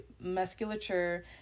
musculature